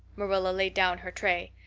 marilla laid down her tray.